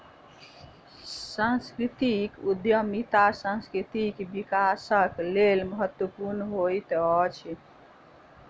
सांस्कृतिक उद्यमिता सांस्कृतिक विकासक लेल महत्वपूर्ण होइत अछि